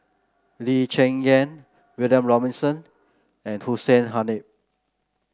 Lee Cheng Yan William Robinson and Hussein Haniff